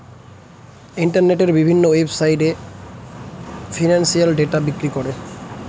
ইন্টারনেটের বিভিন্ন ওয়েবসাইটে এ ফিনান্সিয়াল ডেটা বিক্রি করে